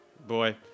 Boy